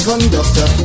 Conductor